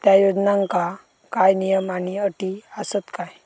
त्या योजनांका काय नियम आणि अटी आसत काय?